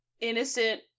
innocent